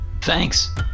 Thanks